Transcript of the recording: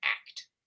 act